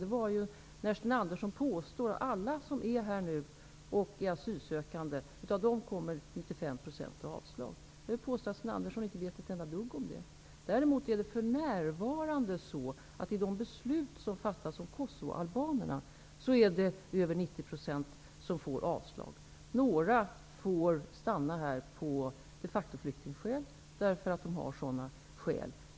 Det var när Sten Andersson påstod att 95 % av alla asylsökande som är här nu kommer att få avslag. Jag vill påstå att Sten Andersson inte vet ett enda dugg om det. Däremot är det för närvarande så att i de beslut som fattas om kosovoalbanerna är det över 90 % som får avslag. Några får stanna här av de factoflyktingskäl, därför att de har sådana.